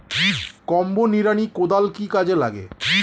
Combo নিড়ানি কোদাল কি কাজে লাগে?